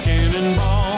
Cannonball